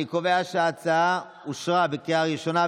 אני קובע שההצעה אושרה בקריאה ראשונה,